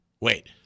Wait